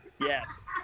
Yes